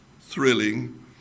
thrilling